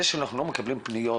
זה שאנחנו לא מקבלים פניות,